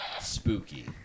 Spooky